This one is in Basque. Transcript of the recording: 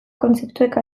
kontzeptuek